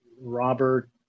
Robert